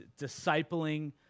discipling